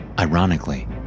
Ironically